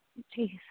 ਠੀਕ ਆ